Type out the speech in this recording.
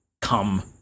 come